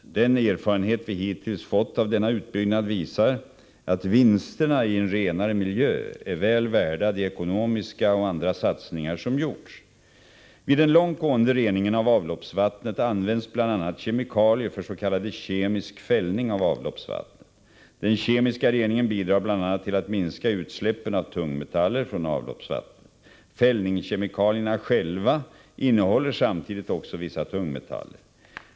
Den erfarenhet vi hittills fått av denna utbyggnad visar att vinsterna i en renare miljö är väl värda de ekonomiska och andra satsningar som gjorts. Vid den långt gående reningen av avloppsvattnet används bl.a. kemikalier för s.k. kemisk fällning av avloppsvattnet. Den kemiska reningen bidrar bl.a. till att minska utsläppen av tungmetaller från avloppsvattnet. Fällningskemikalierna själva innehåller samtidigt också vissa tungmetaller.